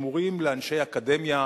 שמורים לאנשי אקדמיה,